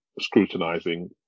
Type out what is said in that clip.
scrutinizing